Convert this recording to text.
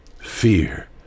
fear